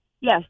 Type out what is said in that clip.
yes